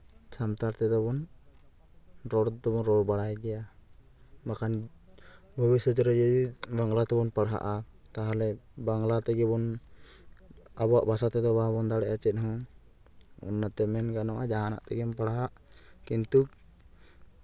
ᱥᱟᱱᱛᱟᱲ ᱛᱮᱫᱚ ᱵᱚᱱ ᱨᱚᱲ ᱫᱚᱵᱚᱱ ᱨᱚᱲ ᱵᱟᱲᱟᱭ ᱜᱮᱭᱟ ᱵᱟᱠᱷᱟᱱ ᱵᱷᱚᱵᱤᱥᱥᱚᱛ ᱨᱮ ᱡᱩᱫᱤ ᱵᱟᱝᱞᱟ ᱛᱮᱵᱚᱱ ᱯᱟᱲᱦᱟᱜᱼᱟ ᱛᱟᱦᱚᱞᱮ ᱵᱟᱝᱞᱟ ᱛᱮᱜᱮ ᱵᱚᱱ ᱟᱵᱚᱣᱟᱜ ᱵᱷᱟᱥᱟ ᱛᱮᱫᱚ ᱵᱟᱵᱚᱱ ᱫᱟᱲᱮᱭᱟᱜᱼᱟ ᱪᱮᱫ ᱦᱚᱸ ᱚᱱᱟᱛᱮ ᱢᱮᱱ ᱜᱟᱱᱚᱜᱼᱟ ᱡᱟᱦᱟᱱᱟᱜ ᱛᱮᱜᱮᱢ ᱯᱟᱲᱦᱟᱜ ᱠᱤᱱᱛᱩ